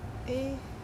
eh eh